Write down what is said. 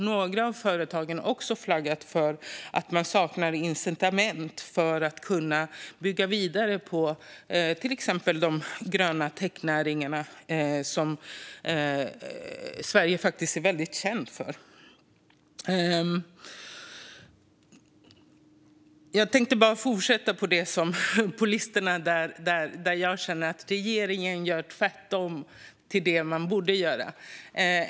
Några av företagen har också flaggat för att de saknar incitament för att bygga vidare på till exempel de gröna technäringarna, som Sverige är känt för. Jag tänkte fortsätta med den lista där jag känner att regeringen gör tvärtom mot vad man borde göra.